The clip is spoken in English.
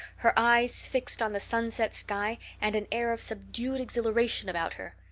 her eyes fixed on the sunset sky and an air of subdued exhilaration about her.